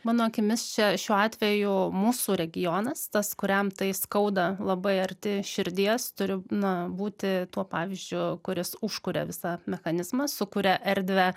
mano akimis čia šiuo atveju mūsų regionas tas kuriam tai skauda labai arti širdies turi na būti tuo pavyzdžiu kuris užkuria visą mechanizmą sukuria erdvę